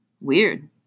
Weird